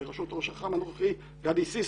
בראשות ראש אח"מ הנוכחי גדי סיסו,